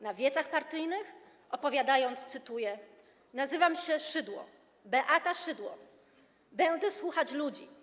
Na wiecach partyjnych, opowiadając - cytuję: Nazywam się Szydło, Beata Szydło i będę słuchać ludzi.